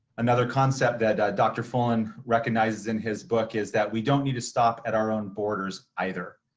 another concept that dr. fullan recognizes in his book is that we don't need to stop at our own borders either.